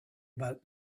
about